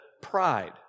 pride